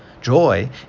joy